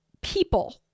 People